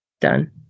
done